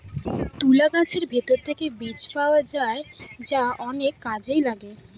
তুলা গাছের ভেতর থেকে বীজ পাওয়া যায় যা অনেক কাজে লাগে